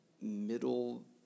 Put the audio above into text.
middle